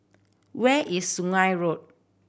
where is Sungei Road